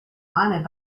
wanted